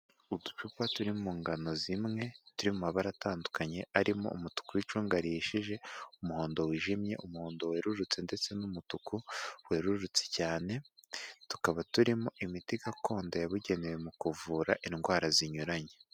Uducupa turi mu ngano zimwe turi mu mabara atandukanye arimo umutuku w'icunga rihishije, umuhondo wijimye, umuhondo werurutse ndetse n'umutuku werurutse cyane, tukaba turimo imiti gakondo yabugenewe mu kuvura indwara zinyuranye.